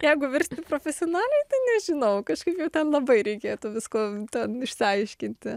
jeigu virsti profesionalei tai nežinau kažkaip jau ten labai reikėtų visko ten išsiaiškinti